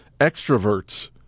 extroverts